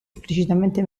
esplicitamente